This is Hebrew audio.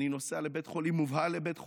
אני מובהל לבית חולים.